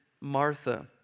Martha